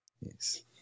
yes